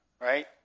right